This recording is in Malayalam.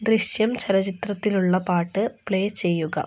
ദൃശ്യം ചലച്ചിത്രത്തിലുള്ള പാട്ട് പ്ലേ ചെയ്യുക